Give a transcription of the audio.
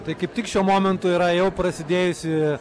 tai kaip tik šiuo momentu yra jau prasidėjusi